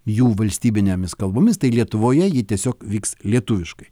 jų valstybinėmis kalbomis tai lietuvoje ji tiesiog vyks lietuviškai